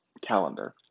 calendar